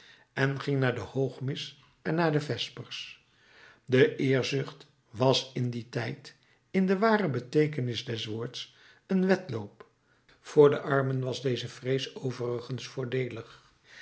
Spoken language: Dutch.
en ging naar de hoogmis en naar de vespers de eerzucht was in dien tijd in de ware beteekenis des woords een wedloop voor de armen was deze vrees overigens voordeelig